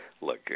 look